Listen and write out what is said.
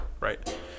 Right